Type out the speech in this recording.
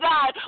God